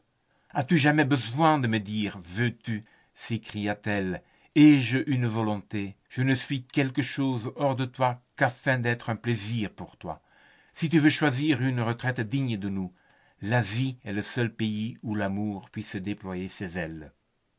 as-tu donc jamais besoin de me dire veux-tu s'écria-t-elle ai-je une volonté je ne suis quelque chose hors de toi qu'afin d'être un plaisir pour toi si tu veux choisir une retraite digne de nous l'asie est le seul pays où l'amour puisse déployer ses ailes